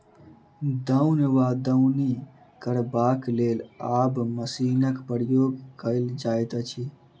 दौन वा दौनी करबाक लेल आब मशीनक प्रयोग कयल जाइत अछि